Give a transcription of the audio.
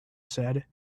said